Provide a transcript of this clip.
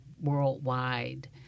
worldwide